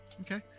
okay